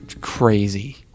crazy